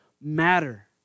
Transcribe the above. matter